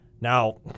Now